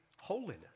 holiness